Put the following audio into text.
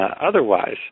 otherwise